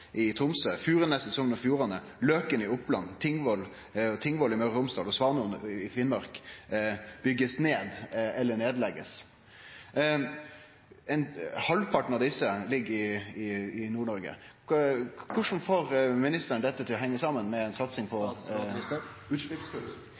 i Tromsø, Furuneset i Sogn og Fjordane, Løken i Oppland, Tingvoll i Møre og Romsdal og Svanhovd i Finnmark blir bygde ned eller lagde ned. Halvparten av dei ligg i Nord-Noreg. Korleis får ministeren dette til å hengje saman med ei satsing på